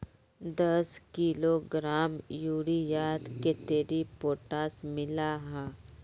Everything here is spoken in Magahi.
दस किलोग्राम यूरियात कतेरी पोटास मिला हाँ?